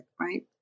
right